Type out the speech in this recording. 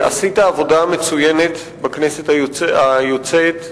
עשית עבודה מצוינת בכנסת היוצאת.